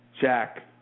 Jack